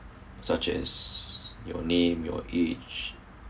such as your name your age